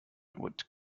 would